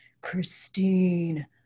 Christine